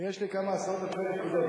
יש לי כמה עשרות אלפי נקודות.